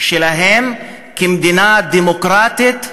שלהם כמדינה דמוקרטית,